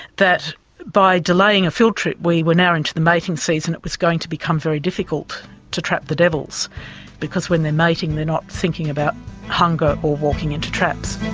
that by delaying a field trip we were now into the mating season, it was going to become very difficult to trap the devils because when they're mating they're not thinking about hunger or walking into traps.